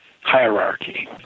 hierarchy